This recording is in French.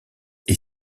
est